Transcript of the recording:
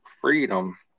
freedom